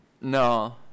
No